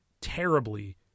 terribly